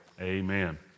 amen